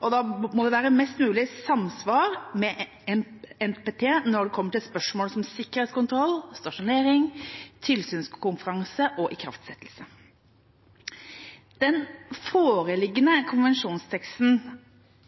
og da må det være mest mulig samsvar med NPT når det kommer til spørsmål som sikkerhetskontroll, stasjonering, tilsynskonferanse og ikraftsettelse. Den foreliggende konvensjonsteksten